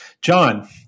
John